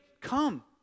come